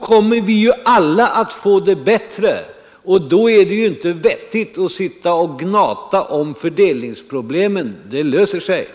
kommer vi ju alla att få det bättre, och då är det inte vettigt att sitta och gnata om fördelningsproblemen — de löser sig.